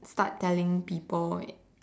start telling people